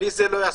אם לא נאשר,